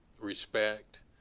Respect